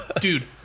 Dude